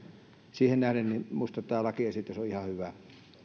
siihen nähden minusta tämä lakiesitys on ihan hyvä